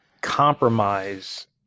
compromise